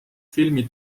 filmi